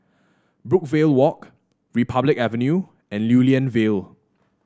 Brookvale Walk Republic Avenue and Lew Lian Vale